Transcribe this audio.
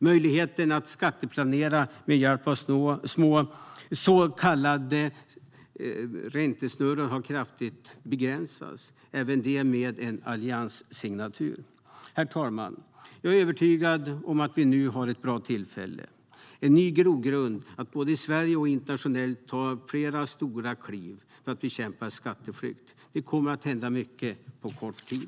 Möjligheten att skatteplanera med hjälp av så kallade räntesnurror har kraftigt begränsats, även det med en allianssignatur. Herr talman! Jag är övertygad om att vi nu har ett bra tillfälle och en ny grogrund för att både i Sverige och internationellt ta fler stora kliv för att bekämpa skatteflykt. Det kommer att hända mycket på kort tid.